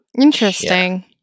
Interesting